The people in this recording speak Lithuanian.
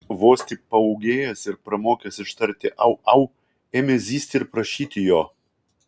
vos tik paūgėjęs ir pramokęs ištarti au au ėmė zyzti ir prašyti jo